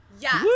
Yes